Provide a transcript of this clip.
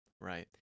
Right